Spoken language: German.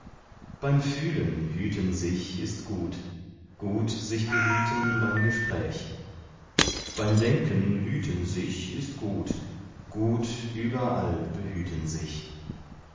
beim fühlen hüten sich ist gut gut sich behüten beim gespräch beim denken hüten sich ist gut gut überall behüten sich